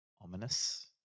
ominous